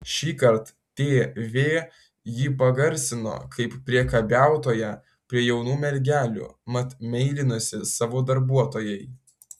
šįkart tv jį pagarsino kaip priekabiautoją prie jaunų mergelių mat meilinosi savo darbuotojai